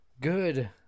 good